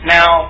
Now